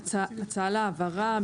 כן.